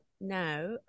now